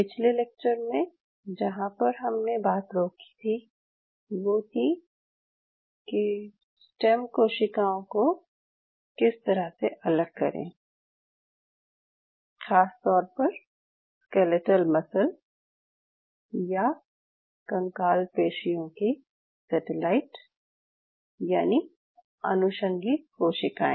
पिछले लेक्चर में जहाँ पर हमने बात रोकी थी वो थी कि स्टेम कोशिकाओं को किस तरह से अलग करें ख़ास तौर पर स्केलेटल मसल या कंकाल पेशियों की सेटेलाइट यानि अनुषंगी कोशिकाएं